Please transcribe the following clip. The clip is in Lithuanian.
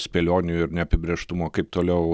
spėlionių ir neapibrėžtumo kaip toliau